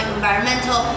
environmental